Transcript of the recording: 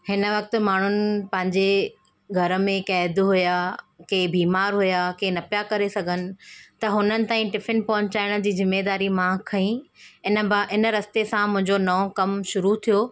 हिन वक़्ति माण्हू पंहिंजे घर में कैदु हुआ के बीमार हुआ के न पिया करे सघनि उन्हनि ताईं टिफ़िन पहुचाइण जी ज़िमेदारी मां खईं इन इन रस्ते सां मुंहिंजो नओं कमु शुरु थियो